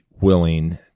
willing